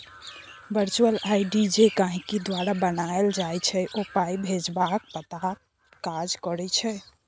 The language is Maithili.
बर्चुअल आइ.डी जे गहिंकी द्वारा बनाएल जाइ छै ओ पाइ भेजबाक पताक काज करै छै